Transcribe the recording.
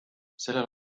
sellel